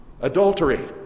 Adultery